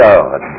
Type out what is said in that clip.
God